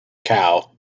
cow